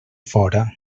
fora